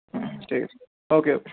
ঠিক আছে okay okay